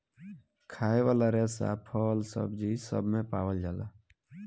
खाए वाला रेसा फल, सब्जी सब मे पावल जाला